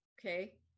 okay